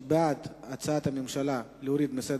נגד, 5. ההצעה לא עברה והוסרה מסדר-היום.